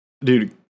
dude